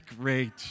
great